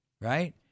right